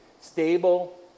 stable